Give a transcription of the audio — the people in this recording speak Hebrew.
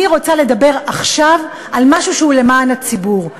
אני רוצה לדבר עכשיו על משהו שהוא למען הציבור,